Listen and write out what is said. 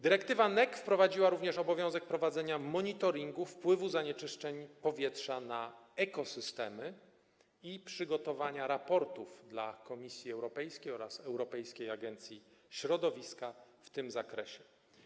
Dyrektywa NEC wprowadziła również obowiązek prowadzenia monitoringu wpływu zanieczyszczeń powietrza na ekosystemy i przygotowania raportów dla Komisji Europejskiej oraz Europejskiej Agencji Środowiska w tym zakresie.